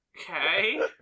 Okay